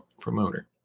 promoter